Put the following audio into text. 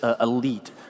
elite